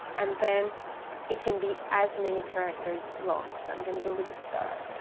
and then it can be as many characters long. so i'm going to go with the star,